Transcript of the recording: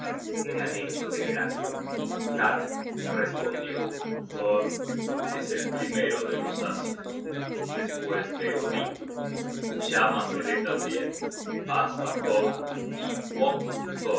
qué han hecho de grande har respondió thor es el primero de los asios despues de odin llámasele tambien asa thor y